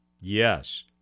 yes